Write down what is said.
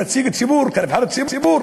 כנציג ציבור, כנבחר ציבור,